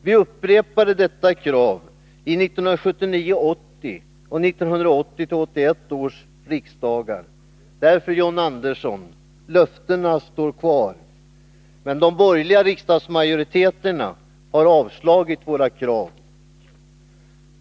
Vi upprepade detta krav vid 1979 81 års riksmöten. Löftena står kvar, John Andersson, men de borgerliga rikdagsmajoriteterna har avslagit våra krav.